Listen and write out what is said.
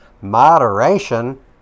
moderation